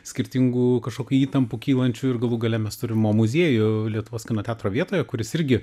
skirtingų kažkokių įtampų kylančių ir galų gale mes turim mo muziejų lietuvos kino teatro vietoje kuris irgi